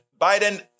Biden